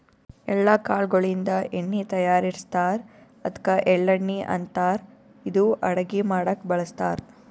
ಎಳ್ಳ ಕಾಳ್ ಗೋಳಿನ್ದ ಎಣ್ಣಿ ತಯಾರಿಸ್ತಾರ್ ಅದ್ಕ ಎಳ್ಳಣ್ಣಿ ಅಂತಾರ್ ಇದು ಅಡಗಿ ಮಾಡಕ್ಕ್ ಬಳಸ್ತಾರ್